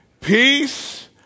Peace